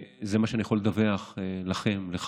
זה מה שאני יכול לדווח לכם, לך,